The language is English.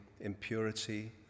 impurity